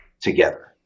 together